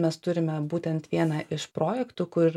mes turime būtent vieną iš projektų kur